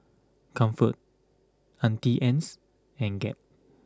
Comfort Auntie Anne's and Gap